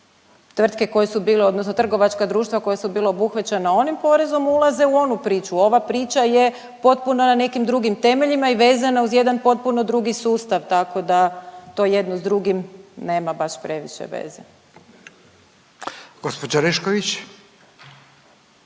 Tvrtke koje su bile odnosno trgovačka društva koja su bile obuhvaćena onim porezom ulaze u onu priču, ova priča je potpuno na nekim drugim temeljima i vezane uz jedan potpuno drugi sustav tako da to jedno s drugim nema baš previše veze. **Radin,